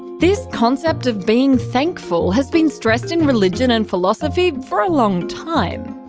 this concept of being thankful has been stressed in religion and philosophy for a long time.